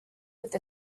with